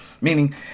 meaning